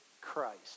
Christ